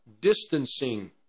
distancing